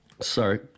Sorry